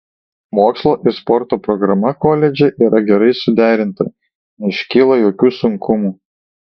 mokslo ir sporto programa koledže yra gerai suderinta neiškyla jokių sunkumų